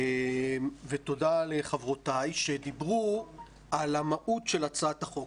ותודה לחברותיי שדיברו על המהות של הצעת החוק.